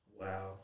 Wow